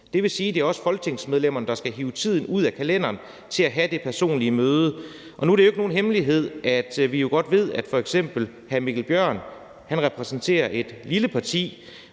Det vil sige, at det også er folketingsmedlemmerne, der skal hive tiden ud af kalenderen til at have det personlige møde. Og nu er det jo ikke nogen hemmelighed, at hr. Mikkel Bjørn repræsenterer et lille parti,